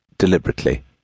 deliberately